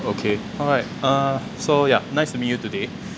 okay alright err so yeah nice to meet you today